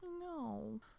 No